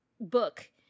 book